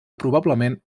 probablement